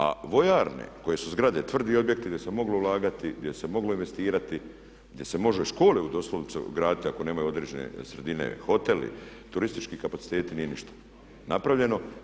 A vojarne koje su zgrade, tvrdi objekti, gdje se moglo ulagati, gdje se moglo investirati, gdje se može škole doslovce ugraditi ako nemaju određene sredine, hoteli, turistički kapaciteti nije ništa napravljeno.